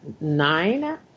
nine